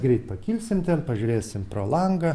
greit pakilsim ten pažiūrėsim pro langą